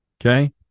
Okay